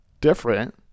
different